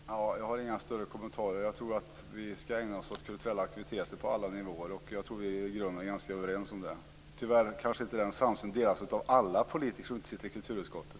Fru talman! Jag har inga större kommentarer. Jag tror att vi i grunden är överens om att vi skall ägna oss åt kulturella aktiviteter på alla nivåer. Tyvärr kanske inte denna samsyn delas av alla politiker som inte sitter i kulturutskottet.